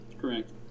Correct